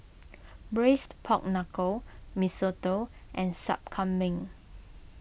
Braised Pork Knuckle Mee Soto and Sup Kambing